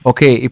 Okay